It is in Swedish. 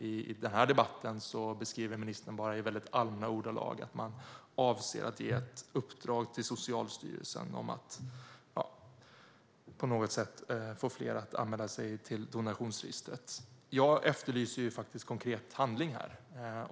I den här debatten beskriver ministern bara i mycket allmänna ordalag att man avser att ge ett uppdrag till Socialstyrelsen att på något sätt få fler att anmäla sig till donationsregistret. Jag efterlyser faktiskt konkret handling här.